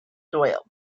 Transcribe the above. soil